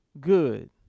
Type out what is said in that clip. good